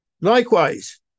Likewise